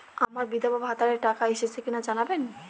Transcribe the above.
আমার বিধবাভাতার টাকা এসেছে কিনা জানাবেন?